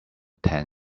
tan